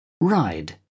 Ride